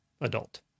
adult